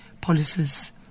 policies